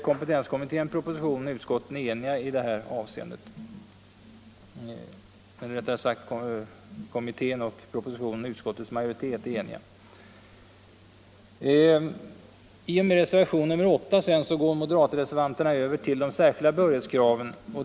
Kompetenskommittén, propositionen och utskottets majoritet är eniga i det här avseendet. I och med reservationen 8 går moderatreservanterna över till de särskilda behörighetskraven.